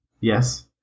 Yes